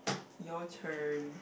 your turn